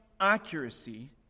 accuracy